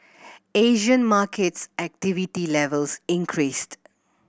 Asian markets activity levels increased